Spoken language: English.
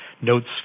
notes